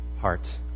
heart